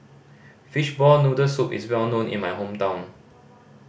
fishball noodle soup is well known in my hometown